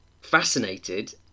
fascinated